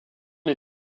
les